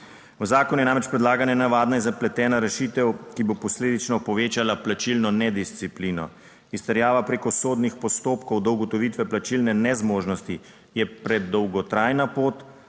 V zakonu je namreč predlagana nenavadna in zapletena rešitev, ki bo posledično povečala plačilno nedisciplino. Izterjava preko sodnih postopkov do ugotovitve plačilne nezmožnosti je predolgotrajna, pot